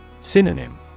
Synonym